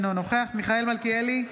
אינו נוכח מיכאל מלכיאלי,